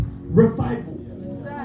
revival